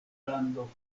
lando